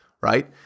right